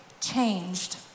changed